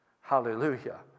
Hallelujah